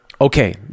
okay